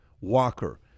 Walker